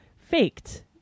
faked